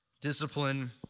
discipline